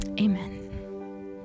Amen